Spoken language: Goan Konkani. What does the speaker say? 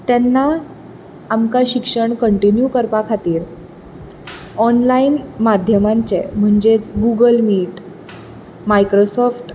तेन्ना आमकां शिक्षण कनटिन्यू करपा खातीर ऑनलायन माध्यमांचे म्हणजेंच गूगल मिट मायक्रोसोफ्ट